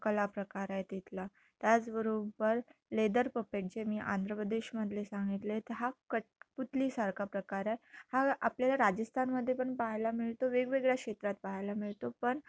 कला प्रकार आहे तिथला त्याचबरोबर लेदर पपेट जे मी आंध्र प्रदेशमधले सांगितले तर हा कटपुतलीसारखा प्रकार आहे हा आपल्याला राजस्थानामध्ये पण पाहायला मिळतो वेगवेगळ्या क्षेत्रात पाहायला मिळतो पण